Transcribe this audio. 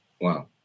Wow